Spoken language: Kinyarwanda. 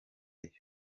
sports